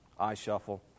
iShuffle